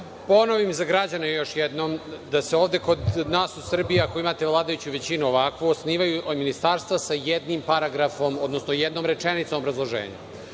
ponovim za građane još jednom da se ovde kod nas u Srbiji, ako imate vladajuću većinu ovakvu, osnivaju ministarstva sa jednim paragrafom, odnosno jednom rečenicom obrazloženja.Za